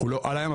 אנחנו לא על הים,